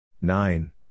Nine